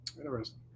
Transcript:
Interesting